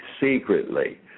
secretly